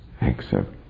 accept